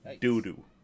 Doo-doo